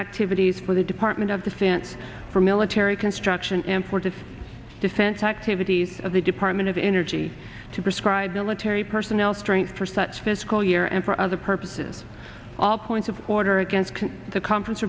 activities for the department of defense for military construction important defense activities of the department of energy to prescribe military personnel strength for such fiscal year and for other purposes all points of order against the conference